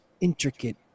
intricate